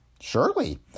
Surely